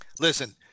listen